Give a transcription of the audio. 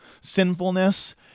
sinfulness